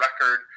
record